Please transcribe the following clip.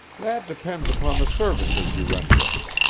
that depends upon the services you render us.